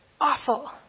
Awful